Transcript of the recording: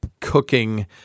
cooking